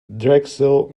drexel